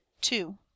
two